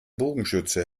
bogenschütze